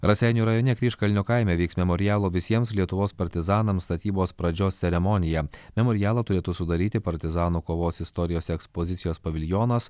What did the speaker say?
raseinių rajone kryžkalnio kaime vyks memorialo visiems lietuvos partizanams statybos pradžios ceremonija memorialą turėtų sudaryti partizanų kovos istorijos ekspozicijos paviljonas